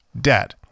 debt